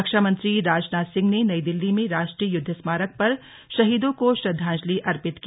रक्षा मंत्री राजनाथ सिंह ने नई दिल्ली में राष्ट्रीय युद्ध स्मारक पर शहीदों को श्रद्धांजलि अर्पित की